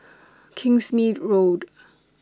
Kingsmead Road